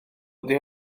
ydy